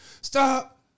stop